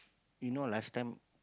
you know last time